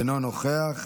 אינו נוכח,